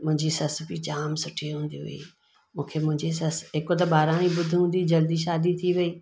मुंहिंजी ससु बि जाम सुठी हूंदी हुई मूंखे मुंहिंजी ससु हिक त बाराणी बुद्धी हूंदी जल्दी शादी थी वेई